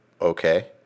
okay